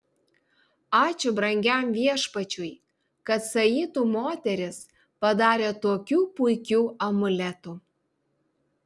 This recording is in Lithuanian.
ačiū brangiam viešpačiui kad saitu moterys padarė tokių puikių amuletų